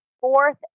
fourth